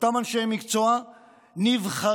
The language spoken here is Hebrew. אותם אנשי מקצוע נבחרים